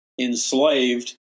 enslaved